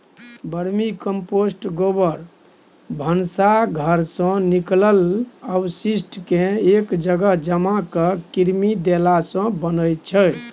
vermicompost गोबर, भनसा घरसँ निकलल अवशिष्टकेँ एक जगह जमा कए कृमि देलासँ बनै छै